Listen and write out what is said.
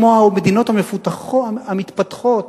כמו המדינות המפותחות, המתפתחות.